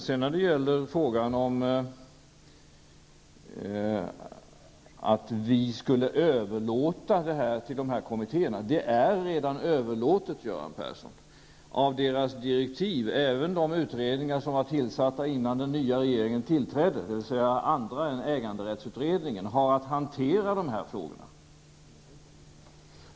I frågan om att vi skulle överlåta det principiella ställningstagandet till kommittéerna vill jag säga till Göran Persson att det redan är överlåtet till dem genom de direktiv som de har fått. Det gäller även för de utredningar som var tillsatta innan den nya regeringen tillträdde. Även andra utredningar än äganderättsutredningen har alltså att hantera dessa frågor.